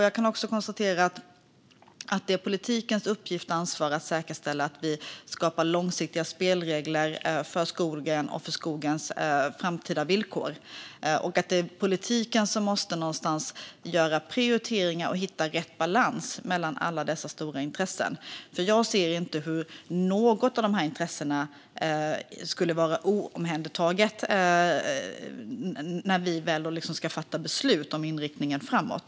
Jag kan också konstatera att det är politikens uppgift och ansvar att säkerställa att vi skapar långsiktiga spelregler för skogen och för skogens framtida villkor. Det är politiken som någonstans måste göra prioriteringar och hitta rätt balans mellan alla dessa stora intressen, för jag ser inte hur något av dessa intressen kan vara "oomhändertaget" när vi väl ska fatta beslut om riktningen framåt.